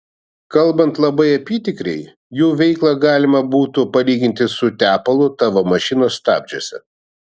kalbant labai apytikriai jų veiklą galima būtų palyginti su tepalu tavo mašinos stabdžiuose